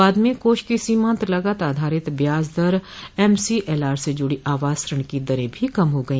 बाद में काष की सीमांत लागत आधारित ब्याज दर एमसीएलआर से जुड़ी आवास ऋण की दरें भी कम हो गई